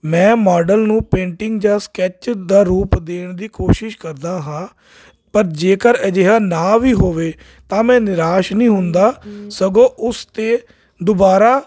ਮੈਂ ਮਾਡਲ ਨੂੰ ਪੇਂਟਿੰਗ ਜਾਂ ਸਕੈਚ ਦਾ ਰੂਪ ਦੇਣ ਦੀ ਕੋਸ਼ਿਸ਼ ਕਰਦਾ ਹਾਂ ਪਰ ਜੇਕਰ ਅਜਿਹਾ ਨਾ ਵੀ ਹੋਵੇ ਤਾਂ ਮੈਂ ਨਿਰਾਸ਼ ਨਹੀਂ ਹੁੰਦਾ ਸਗੋਂ ਉਸ 'ਤੇ ਦੁਬਾਰਾ